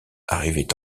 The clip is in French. arrivaient